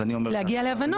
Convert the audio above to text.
להגיע להבנות.